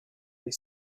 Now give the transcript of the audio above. they